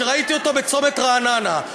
ראיתי אותו בצומת רעננה?